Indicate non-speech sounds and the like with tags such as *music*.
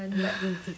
*noise*